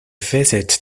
visit